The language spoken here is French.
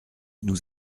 nous